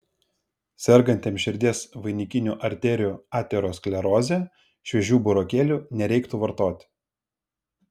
sergantiems širdies vainikinių arterijų ateroskleroze šviežių burokėlių nereiktų vartoti